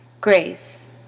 grace